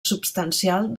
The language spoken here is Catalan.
substancial